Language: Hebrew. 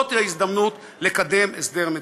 זאת היא ההזדמנות לקדם הסדר מדיני.